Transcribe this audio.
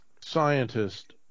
scientist